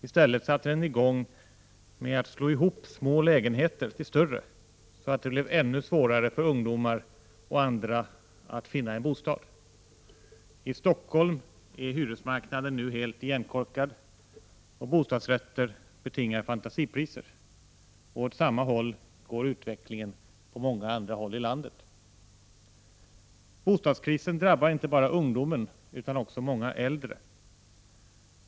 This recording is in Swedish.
I stället satte den i gång med att slå ihop små lägenheter till större, så att det blev ännu svårare för ungdomar och andra att finna en bostad. I Stockholm är hyresmarknaden nu helt igenkorkad. Bostadsrätter betingar fantasipriser. I samma riktning går utvecklingen på många andra håll i landet. Bostadskrisen drabbar inte bara ungdomen utan också många äldre.